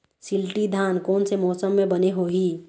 शिल्टी धान कोन से मौसम मे बने होही?